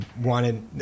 wanted